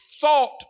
thought